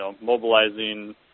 mobilizing